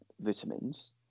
vitamins